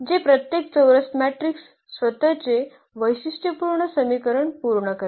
जे प्रत्येक चौरस मॅट्रिक्स स्वतःचे वैशिष्ट्यपूर्ण समीकरण पूर्ण करते